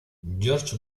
george